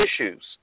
issues